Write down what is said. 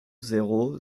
zéro